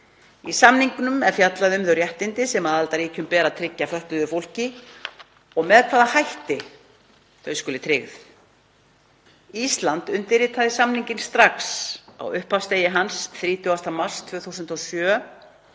Í samningnum er fjallað um þau réttindi sem aðildarríkjum ber að tryggja fötluðu fólki og með hvaða hætti þau skuli tryggð. Ísland undirritaði samninginn strax á upphafsdegi hans, 30. mars 2007.